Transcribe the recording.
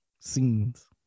scenes